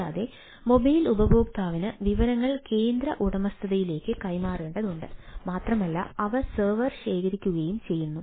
കൂടാതെ മൊബൈൽ ഉപയോക്താവിന് വിവരങ്ങൾ കേന്ദ്ര ഉടമസ്ഥതയിലേക്ക് കൈമാറേണ്ടതുണ്ട് മാത്രമല്ല അവ സെർവർ ശേഖരിക്കുകയും ചെയ്യുന്നു